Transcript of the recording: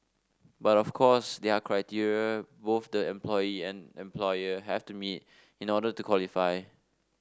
but of course they are criteria both the employee and employer have to meet in order to qualify